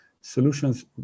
solutions